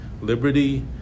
liberty